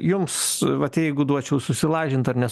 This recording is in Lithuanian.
jums vat jeigu duočiau susilažint ar ne